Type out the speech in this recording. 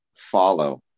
follow